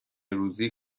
روزی